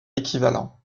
équivalents